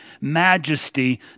majesty